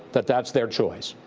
that that's their choice?